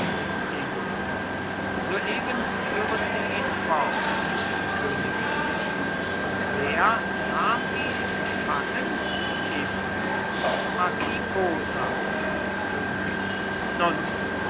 eboli soeben führen sie ihn fort königin und wer nahm ihn gefangen eboli marquis posa königin nun